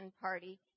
party